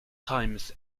times